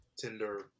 Tinder